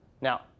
Now